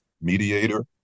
mediator